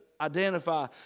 identify